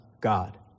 God